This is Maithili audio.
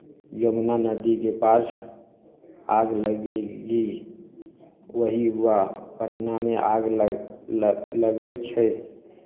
यमुना नदीके पास आग लगेगी वही हुआ पटनामे आग लगै लग लगै छै